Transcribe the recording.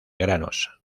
granos